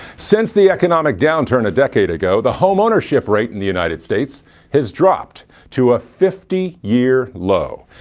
since the economic downturn a decade ago, the homeownership rate in the united states has dropped to a fifty year low.